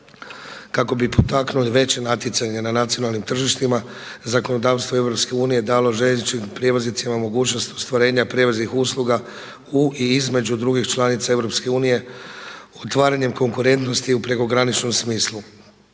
Kako bi potaknuli veće natjecanje na nacionalnim tržištima zakonodavstvo EU dalo željezničkim prijevoznicima mogućnost ostvarenja prijevoznih usluga u i između drugih članica EU otvaranjem konkurentnosti u prekograničnom smislu.